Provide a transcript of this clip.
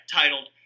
titled